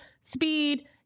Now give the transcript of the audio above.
speed